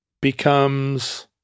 becomes